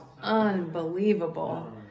unbelievable